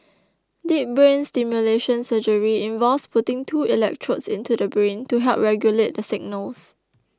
deep brain stimulation surgery involves putting two electrodes into the brain to help regulate the signals